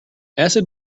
acid